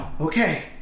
okay